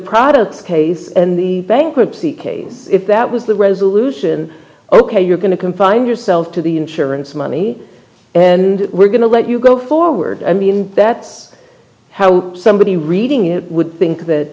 products case and the bankruptcy case if that was the resolution ok you're going to confine yourself to the insurance money and we're going to let you go forward i mean that's how somebody reading it would think that